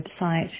website